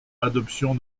adoption